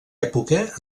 època